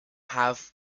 have